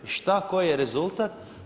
I šta koji je rezultat?